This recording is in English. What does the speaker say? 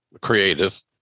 creative